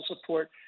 support